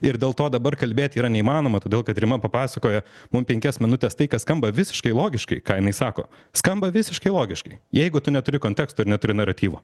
ir dėl to dabar kalbėt yra neįmanoma todėl kad rima papasakojo mum penkias minutes tai kas skamba visiškai logiškai ką jinai sako skamba visiškai logiškai jeigu tu neturi konteksto ir neturi naratyvo